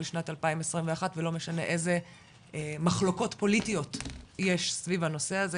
שנת 2021 ולא משנה איזה מחלוקות פוליטיות יש סביב הנושא הזה.